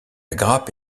grappe